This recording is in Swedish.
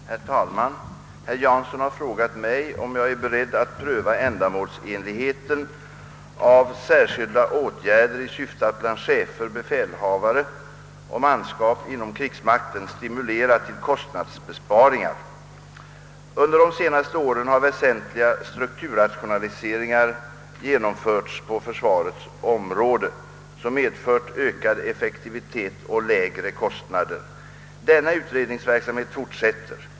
Herr talman! Herr Jansson har frågat mig, om jag är beredd att pröva ändamålsenligheten av särskilda åtgärder i syfte att bland chefer, befälhavare och manskap inom krigsmakten stimulera till kostnadsbesparingar. Under de senaste åren har väsentliga strukturrationaliseringar genomförts på försvarets område, som medfört ökad effektivitet och lägre kostnader. Denna utredningsverksamhet fortsätter.